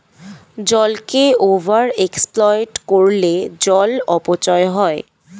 জলকে over exploit করলে জল অপচয় হয়